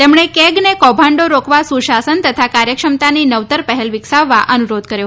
તેમણે કેગને કૌભાંડો રોકવા સુશાસન તથા કાર્યક્ષમતાની નવતર પહેલ વિકસાવવા અનુરોધ કર્યો